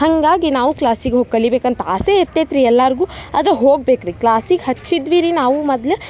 ಹಾಗಾಗಿ ನಾವು ಕ್ಲಾಸಿಗೆ ಹೋಗಿ ಕಲಿಯಬೇಕಂತ ಆಸೆ ಇರ್ತೈತೆ ರಿ ಎಲ್ಲರ್ಗೂ ಆದ್ರೆ ಹೋಗ್ಬೇಕು ರಿ ಕ್ಲಾಸಿಗೆ ಹಚ್ಚಿದ್ವಿ ರೀ ನಾವು ಮೊದ್ಲ್